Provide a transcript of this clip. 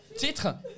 Titre